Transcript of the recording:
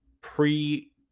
pre